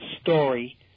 story